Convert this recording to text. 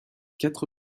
quatre